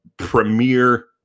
premier